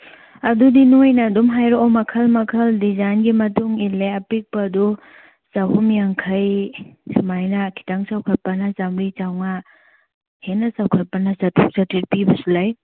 ꯑꯗꯨꯗꯤ ꯅꯣꯏꯅ ꯑꯗꯨꯝ ꯍꯥꯏꯔꯛꯑꯣ ꯃꯈꯜ ꯃꯈꯜ ꯗꯤꯖꯥꯏꯟꯒꯤ ꯃꯇꯨꯡ ꯏꯜꯂꯦ ꯑꯄꯤꯛꯄꯗꯨ ꯆꯍꯨꯝ ꯌꯥꯡꯈꯩ ꯁꯨꯃꯥꯏꯅ ꯈꯤꯇꯪ ꯆꯥꯎꯈꯠꯄꯅ ꯆꯃꯔꯤ ꯆꯃꯉꯥ ꯍꯦꯟꯅ ꯆꯥꯎꯈꯠꯄꯅ ꯆꯥꯇꯔꯨꯛ ꯆꯥꯇꯔꯦꯠ ꯄꯤꯕꯁꯨ ꯂꯩ